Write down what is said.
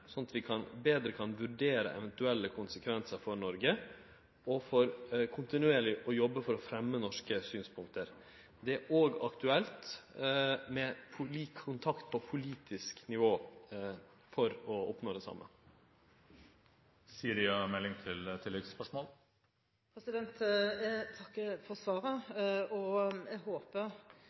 betre kan vurdere eventuelle konsekvensar for Noreg og kontinuerleg jobbe for å fremje norske synspunkt. Det er òg aktuelt med kontakt på politisk nivå for å oppnå det same. Jeg takker for svaret. Jeg håper at statsråden og